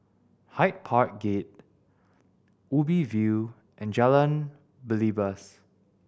Hyde Park Gate Ubi View and Jalan Belibas